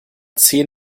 zehn